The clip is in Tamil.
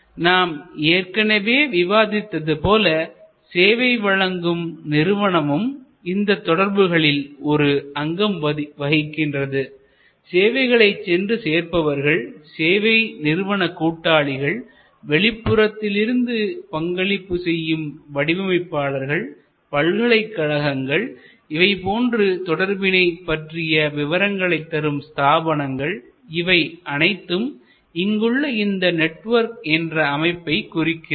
நாம் ஏற்கனவே விவாதித்தது போல சேவை வழங்கும் நிறுவனமும் இந்த தொடர்புகளில் ஒரு அங்கம் வகிக்கின்றது சேவைகளை சென்று சேர்ப்பவர்கள்சேவை நிறுவன கூட்டாளிகள்வெளிப்புறத்திலிருந்து பங்களிப்பு செய்யும் வடிவமைப்பாளர்கள்பல்கலைக்கழகங்கள்இவை போன்று தொடர்பினை பற்றிய விவரங்களை தரும ஸ்தாபனங்கள் இவை அனைத்தும் இங்கு உள்ள இந்த நெட்வொர்க் என்ற அமைப்பை குறிக்கிறது